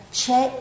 c'è